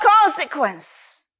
consequence